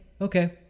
okay